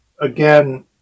again